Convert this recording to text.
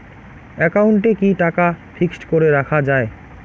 একাউন্টে কি টাকা ফিক্সড করে রাখা যায়?